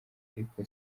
ariko